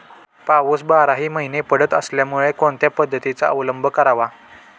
पाऊस बाराही महिने पडत असल्यामुळे कोणत्या पद्धतीचा अवलंब करावा?